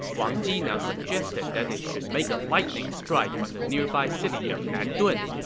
wang ji now suggested that they should make a lightning strike on the nearby city of nandun,